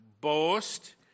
boast